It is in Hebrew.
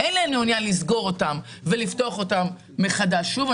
אין לנו עניין לסגור אותם ולפתוח אותם מחדש שוב,